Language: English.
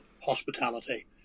hospitality